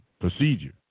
procedure